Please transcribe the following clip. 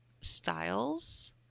styles